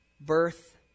birth